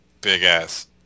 big-ass